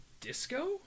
Disco